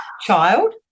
child